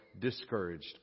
discouraged